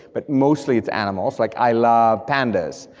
but mostly it's animals, like i love pandas,